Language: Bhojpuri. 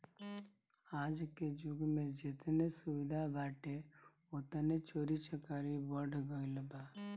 आजके जुग में जेतने सुविधा बाटे ओतने चोरी चकारी बढ़ गईल बा